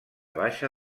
baixa